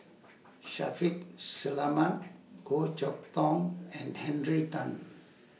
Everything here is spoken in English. Shaffiq Selamat Goh Chok Tong and Henry Tan